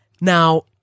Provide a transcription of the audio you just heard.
Now